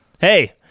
hey